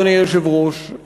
אדוני היושב-ראש,